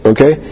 Okay